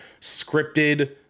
scripted